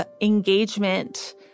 engagement